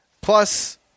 plus